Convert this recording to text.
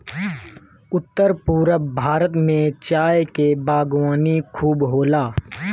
उत्तर पूरब भारत में चाय के बागवानी खूब होला